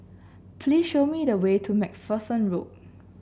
please show me the way to MacPherson Road